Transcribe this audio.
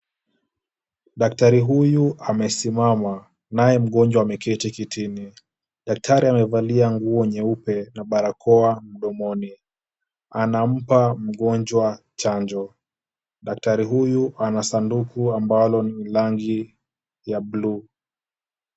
Daktari huyu amesimama naye mgonjwa ameketi kitini. Daktari amevalia nguo nyeupe na barakoa mdomoni. Anampa mgonjwa chanjo. Daktari huyu ana sanduku ambalo ni rangi ya blue .